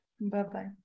Bye-bye